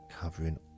covering